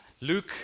Luke